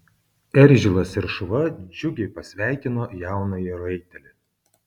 eržilas ir šuo džiugiai pasveikino jaunąjį raitelį